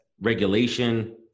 regulation